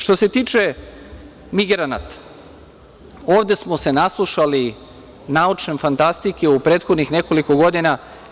Što se tiče migranata, ovde smo se naslušali naučne fantastike u prethodnih nekoliko godina.